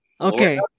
Okay